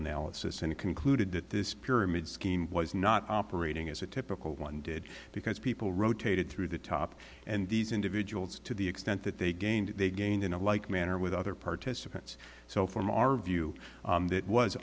analysis and it concluded that this pyramid scheme was not operating as a typical one did because people rotated through the top and these individuals to the extent that they gained they gained in a like manner with other participants so from our view